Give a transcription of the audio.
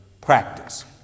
practice